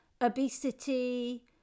obesity